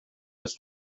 was